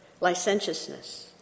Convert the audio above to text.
licentiousness